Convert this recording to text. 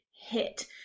hit